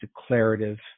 declarative